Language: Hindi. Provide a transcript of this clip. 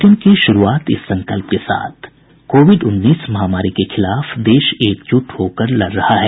बुलेटिन की शुरूआत इस संकल्प के साथ कोविड उन्नीस महामारी के खिलाफ देश एकजुट होकर लड़ रहा है